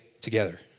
together